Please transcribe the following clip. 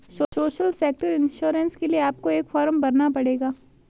social sector insurance के लिए आपको एक फॉर्म भरना पड़ेगा